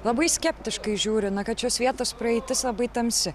labai skeptiškai žiūri na kad šios vietos praeitis labai tamsi